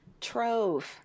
trove